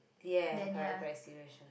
ya correct correct serious show